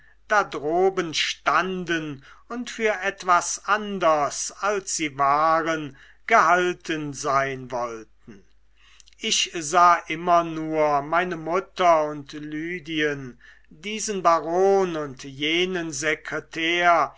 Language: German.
da droben standen und für etwas anders als sie waren gehalten sein wollten ich sah immer nur meine mutter und lydien diesen baron und jenen sekretär